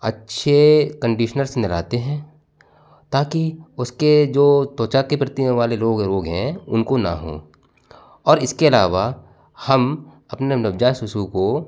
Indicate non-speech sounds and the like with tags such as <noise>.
अच्छे कंडीशनर से नहलाते हैं ताकि उसके जो त्वचा के प्रति <unintelligible> वाले रोग हैं उनको ना हों और इसके अलावा हम अपने नवजात शिशु को